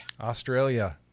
Australia